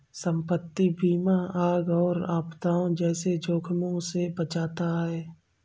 संपत्ति बीमा आग और आपदाओं जैसे जोखिमों से बचाता है